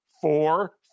four